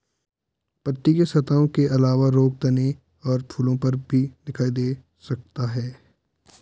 पत्ती की सतहों के अलावा रोग तने और फूलों पर भी दिखाई दे सकता है